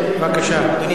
אדוני